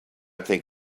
think